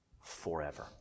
forever